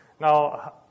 now